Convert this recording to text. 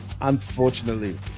unfortunately